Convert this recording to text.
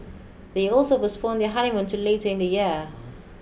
they also postponed their honeymoon to late in the year